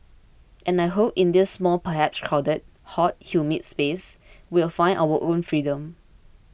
and I hope in this small perhaps crowded hot humid space we will find our own freedom